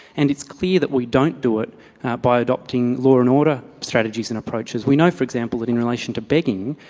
and it's clear that we don't do it by adopting law and order strategies and approaches. we know for example that in relation to begging,